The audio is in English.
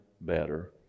better